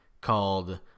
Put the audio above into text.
called